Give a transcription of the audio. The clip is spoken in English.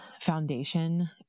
foundation